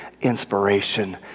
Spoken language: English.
inspiration